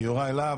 יוראי להב,